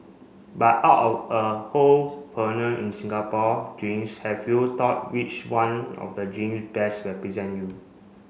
but out of a whole in Singapore drinks have you thought which one of the drink best represent you